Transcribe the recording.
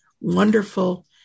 wonderful